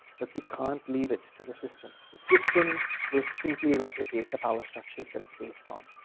but we can't leave it to the system. the system will simply replicate the power structures that it's based on.